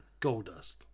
Goldust